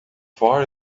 far